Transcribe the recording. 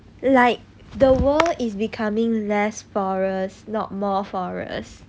like the world is becoming less forests not more forest